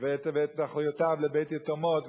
ואת אחיותיו לבית-יתומות,